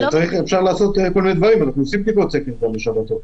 אפשר לעשות כל מיני דברים ואנחנו עושים בדיקות סקר גם בשבתות.